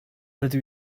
rydw